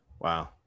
Wow